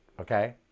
okay